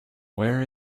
where